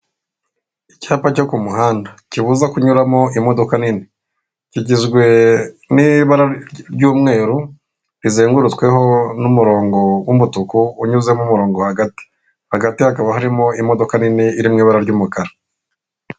Icyapa cyo ku muhanda kibuza kunyuramo imodoka nini, kigizwe n'ibara ry'umweru rizengurutsweho n'umurongo w'umutuku unyuzemo umurongo hagati. Hagati hakaba harimo imodoka nini iri mu ibara ry'umukara.